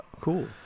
Cool